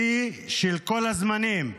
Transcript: שיא של כל הזמנים.